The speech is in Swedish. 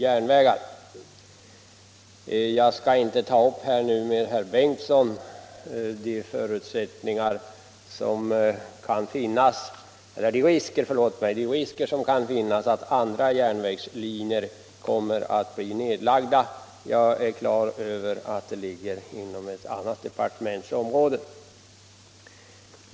Jag skall inte i diskussionen med statsrådet Bengtsson gå in på de risker som kan finnas att andra järnvägslinjer kommer att bli nedlagda. Jag är på det klara med att det ligger inom ett annat departements område.